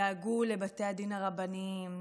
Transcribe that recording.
דאגו לבתי הדין הרבניים,